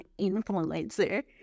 influencer